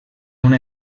una